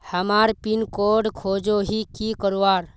हमार pin code खोजोही की करवार?